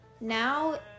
now